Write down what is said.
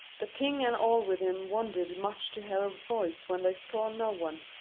the king and all with him wondered much to hear a voice when they saw no one.